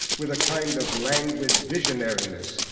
with a kind of languid visionariness,